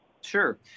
Sure